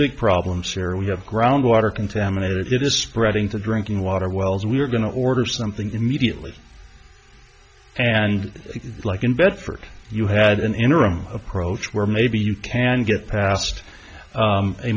big problems here we have groundwater contaminated it is spreading to drinking water wells we're going to order something immediately and like invent for you had an interim approach where maybe you can get past